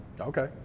Okay